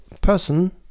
person